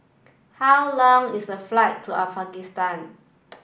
how long is the flight to Afghanistan